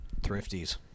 thrifties